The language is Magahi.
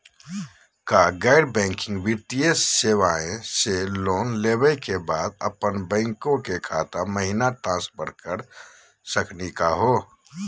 का गैर बैंकिंग वित्तीय सेवाएं स लोन लेवै के बाद अपन बैंको के खाता महिना ट्रांसफर कर सकनी का हो?